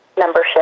membership